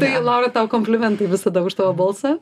tai laura tau komplimentai visada už tavo balsą